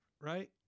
right